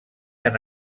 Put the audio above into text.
han